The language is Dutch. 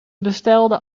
bestelden